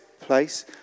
place